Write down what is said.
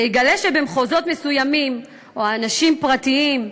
ויגלה שבמחוזות מסוימים אנשים פרטיים,